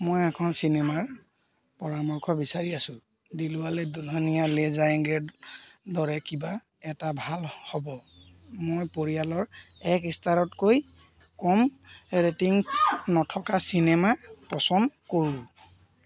মই এখন চিনেমাৰ পৰামৰ্শ বিচাৰি আছোঁ দিলৱালে দুলহানিয়া লে জায়েঙ্গেৰ দৰে কিবা এটা ভাল হ 'ব মই পৰিয়ালৰ এক ষ্টাৰতকৈ কম ৰেটিং নথকা চিনেমা পচন্দ কৰোঁ